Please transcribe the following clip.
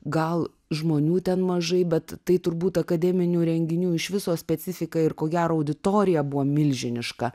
gal žmonių ten mažai bet tai turbūt akademinių renginių iš viso specifika ir ko gero auditorija buvo milžiniška